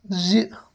زِ